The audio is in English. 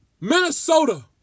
Minnesota